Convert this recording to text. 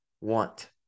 want